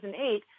2008